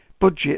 budget